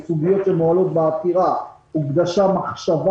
לסוגיות שמועלות בעתירה הוקדשה מחשבה